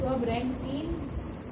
तो अब रेंक 3 से कम होगी